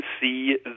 see